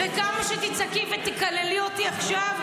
וכמה שתצעקי ותקללי אותי עכשיו,